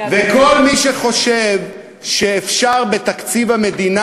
וכל מי שחושב שאפשר בתקציב המדינה